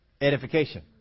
edification